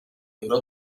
duró